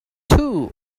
two